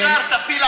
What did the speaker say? ישר תפיל.